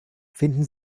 finden